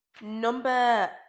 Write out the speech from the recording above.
Number